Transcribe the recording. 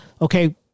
Okay